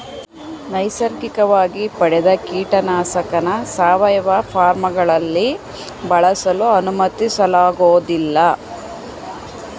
ನೈಸರ್ಗಿಕವಾಗಿ ಪಡೆದ ಕೀಟನಾಶಕನ ಸಾವಯವ ಫಾರ್ಮ್ಗಳಲ್ಲಿ ಬಳಸಲು ಅನುಮತಿಸಲಾಗೋದಿಲ್ಲ